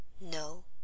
No